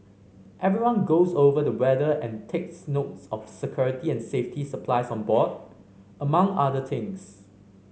everyone goes over the weather and takes note of security and safety supplies on board among other things